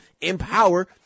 empower